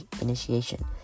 initiation